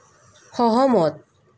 সহমত